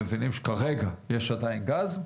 מבינים שכרגע יש עדיין גז,